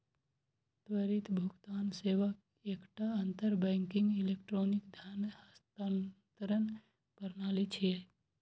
त्वरित भुगतान सेवा एकटा अंतर बैंकिंग इलेक्ट्रॉनिक धन हस्तांतरण प्रणाली छियै